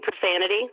profanity